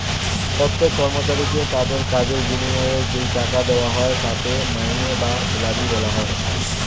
প্রত্যেক কর্মচারীকে তাদের কাজের বিনিময়ে যেই টাকা দেওয়া হয় তাকে মাইনে বা স্যালারি বলা হয়